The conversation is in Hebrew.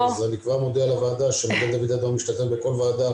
אני כבר מודיע לוועדה שאני מוכן להשתתף בכל ועדה